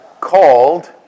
called